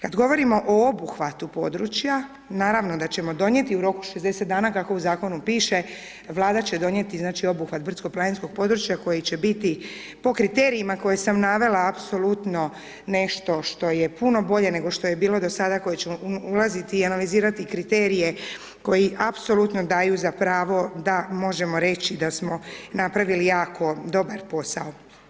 Kad govorimo o obuhvatu područja, naravno da ćemo donijeti u roku 60 dana, kako u Zakonu piše, Vlada će donijeti, znači, obuhvat brdsko planinskog područja koji će biti, po kriterijima koje sam navela apsolutno nešto što je puno bolje nego što je bilo do sada, koje će ulaziti i analizirati kriterije koji apsolutno daju za pravo da možemo reći, da smo napravili jako dobar posao.